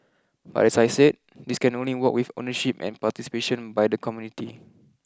but as I said this can only work with ownership and participation by the community